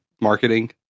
marketing